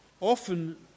often